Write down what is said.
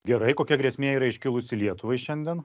gerai kokia grėsmė yra iškilusi lietuvai šiandien